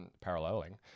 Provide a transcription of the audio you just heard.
paralleling